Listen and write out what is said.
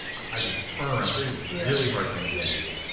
i do turnarounds, i do really hard things in media.